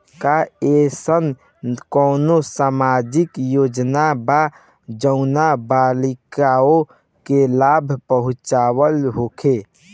का एइसन कौनो सामाजिक योजना बा जउन बालिकाओं के लाभ पहुँचावत होखे?